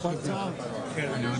אתה רוצה לנמק?